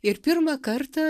ir pirmą kartą